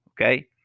Okay